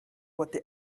what